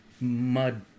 mud